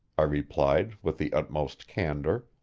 i replied with the utmost candor.